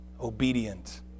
obedient